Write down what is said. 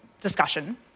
discussion